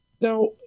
Now